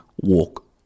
walk